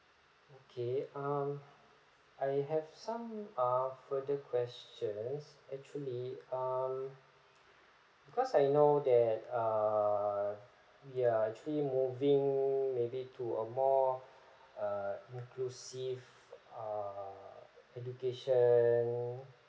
okay um I have some uh further question actually um because I know there are ya actually moving maybe to a more uh inclusive err education